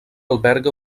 alberga